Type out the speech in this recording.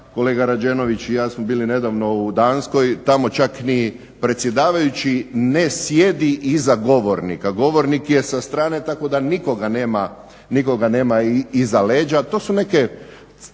Kolega Rađenović i ja smo bili nedavno u Danskoj, tamo čak ni predsjedavajući ne sjedi iza govornika, govornik je sa strane tako da nikoga nema iz leđa. To su neke,